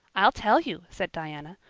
i'll tell you, said diana,